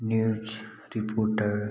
news reporter